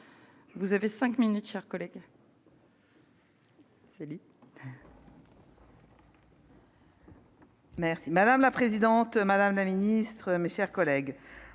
vous avez 5 minutes chers collègues.